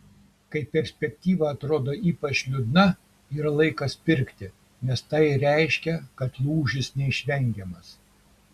kai perspektyva atrodo ypač liūdna yra laikas pirkti nes tai reiškia kad lūžis neišvengiamas